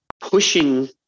pushing